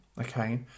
okay